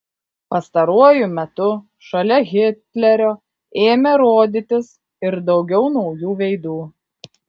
pastaruoju metu šalia hitlerio ėmė rodytis ir daugiau naujų veidų